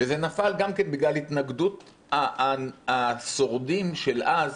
וזה נפל גם כן בגלל התנגדות השורדים של אז,